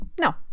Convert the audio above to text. no